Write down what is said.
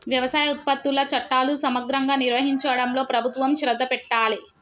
వ్యవసాయ ఉత్పత్తుల చట్టాలు సమగ్రంగా నిర్వహించడంలో ప్రభుత్వం శ్రద్ధ పెట్టాలె